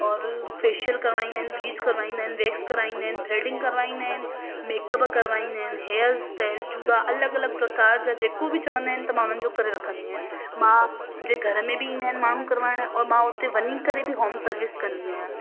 और फेशियल करवाईंदा आहिनि ब्लीच करवाईंदा आहिनि वेक्स कराईंदा आहिनि थ्रैडिंग करवाईंदा आहिनि मेकअप करवाईंदा आहिनि हेयरस्टाइल जूड़ा अलॻि अलॻि प्रकार जा जेको बि चवंदा आहिनि त उन्हनि जो करे रखंदी आहियां मुंहिंजे घर में बि ईंदा आहिनि माण्हू करवाइण और मां हुते वञी करे बि होम सर्विस कंदी आहियां